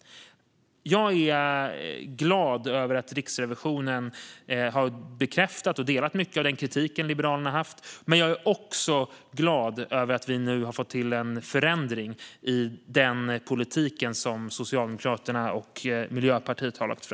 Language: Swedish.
Jag är glad över att Riksrevisionen har bekräftat och delat mycket av Liberalernas kritik, men jag är också glad över att vi nu har fått till en förändring i Socialdemokraternas och Miljöpartiets politik.